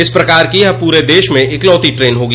इस प्रकार की यह पूरे देश में एकलौती ट्रेन होगी